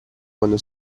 quando